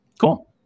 Cool